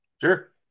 sure